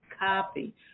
copy